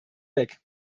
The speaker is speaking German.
weg